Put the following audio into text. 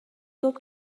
صبح